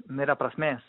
nėra prasmės